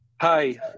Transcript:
Hi